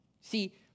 See